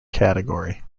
category